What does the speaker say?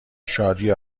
شادی